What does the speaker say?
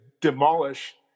demolish